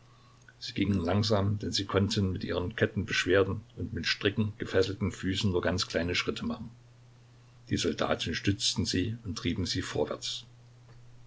sie gingen langsam denn sie konnten mit ihren kettenbeschwerten und mit stricken gefesselten füßen nur ganz kleine schritte machen die soldaten stützten sie und trieben sie vorwärts